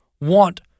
want